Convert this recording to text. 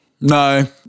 No